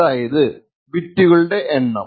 അതായത് ബിറ്റുകളുടെ എണ്ണം